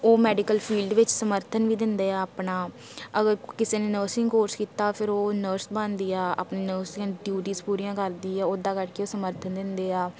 ਓਹ medical field ਵਿੱਚ ਸਮਰਥਨ ਵੀ ਦਿੰਦੇ ਆ ਆਪਣਾ ਅਗਰ ਕਿਸੇ ਨੂੰ ਨਰਸਿੰਗ ਕੋਰਸ ਕੀਤਾ ਫਿਰ ਉਹ ਨਰਸ ਬਣਦੀ ਆ ਆਪਣੇ ਨਰਸਿੰਗ ਡਿਊਟੀਸ ਪੂਰੀਆਂ ਕਰਦੀ ਆ ਉੱਦਾਂ ਕਰਕੇ ਉਹ ਸਮਰਥਨ ਦਿੰਦੇ ਆ